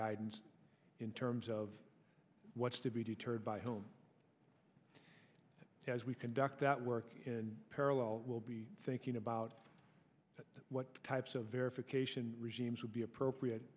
guidance in terms of what's to be deterred by home as we conduct that work in parallel will be thinking about what types of verification regimes would be appropriate